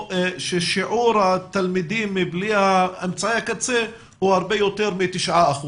שיעור התלמידים בלי אמצעי הקצה הוא הרבה יותר מ-9%.